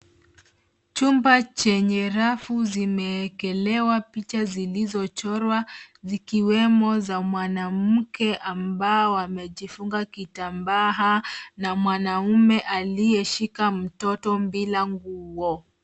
Chumba chenye rafu zimeekelewa picha zilizochorwa, zikiwemo za mwanamke ambao wamejifunga kitambaa na mwanaume aliyeshika mtoto bila nguo.